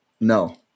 No